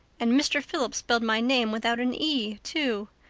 and mr. phillips spelled my name without an e, too.